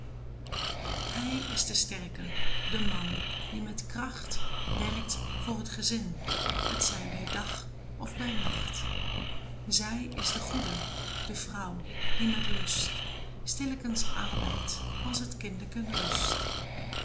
hij is de sterke de man die met kracht werkt voor t gezin t zij bij dag of bij nacht zij is de goede de vrouw die met lust stillekens arbeidt als t kindeken rust